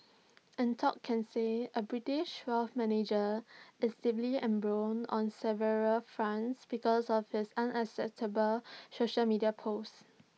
Anton Casey A British wealth manager is deeply embroiled on several fronts because of his unacceptable social media posts